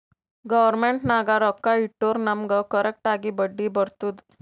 government ನಾಗ್ ರೊಕ್ಕಾ ಇಟ್ಟುರ್ ನಮುಗ್ ಕರೆಕ್ಟ್ ಆಗಿ ಬಡ್ಡಿ ಬರ್ತುದ್